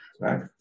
Right